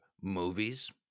movies